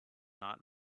not